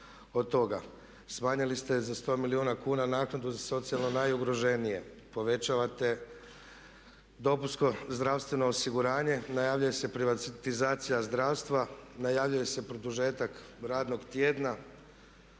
od toga. Smanjili ste za 100 milijuna kuna naknadu za socijalno najugroženije. Povećavate dopunsko zdravstveno osiguranje, najavljuje se privatizacija zdravstva, najavljuje se produžetak radnog tjedna,